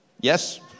Yes